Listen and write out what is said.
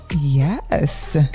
yes